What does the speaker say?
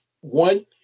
one